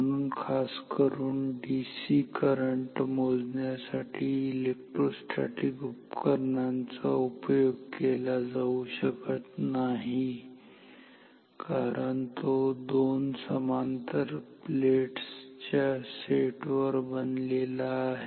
म्हणून खासकरुन DC current मोजण्यासाठी इलेक्ट्रोस्टेटिक उपकरणाचा उपयोग केला जाऊ शकत नाही कारण तो दोन समांतर प्लेट्सच्या सेटवर बनलेला आहे